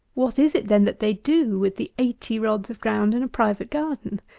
what is it, then, that they do with the eighty rods of ground in a private garden?